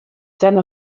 seiner